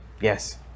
Yes